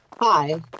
Hi